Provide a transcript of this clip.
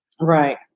Right